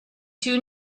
two